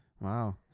Wow